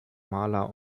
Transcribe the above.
maler